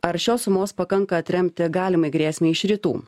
ar šios sumos pakanka atremti galimai grėsmei iš rytų